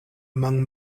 among